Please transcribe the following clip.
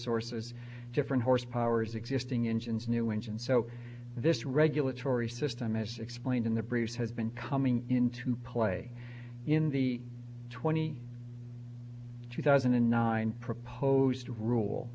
sources different horse powers existing engines new engine so this regulatory system as explained in the brief had been coming into play in the twenty two thousand and nine proposed rule